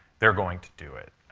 they're going to do it.